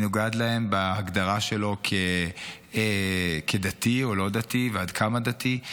מנוגד להם בהגדרה שלו כדתי או לא דתי ועד כמה דתי.